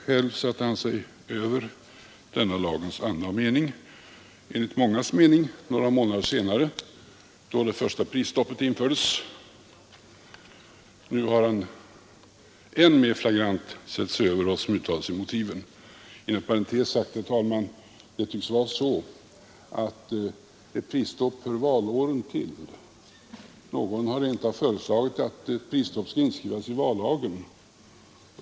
Själv satte han sig enligt mångas mening över denna lags anda och mening några månader senare, då det första prisstoppet infördes. Nu har han än mer flagrant satt sig över vad som uttalades i motiven. Inom parentes sagt tycks det, herr talman, vara så att ett prisstopp hör valåren till. Någon har rent av föreslagit att prisstoppet skall inskrivas i vallagen.